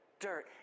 dirt